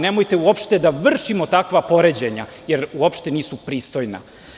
Nemojte da vršimo takva poređenja, jer uopšte nisu pristojna.